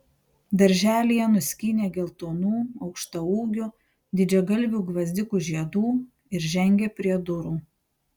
darželyje nuskynė geltonų aukštaūgių didžiagalvių gvazdikų žiedų ir žengė prie durų